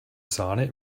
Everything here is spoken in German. sahne